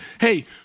hey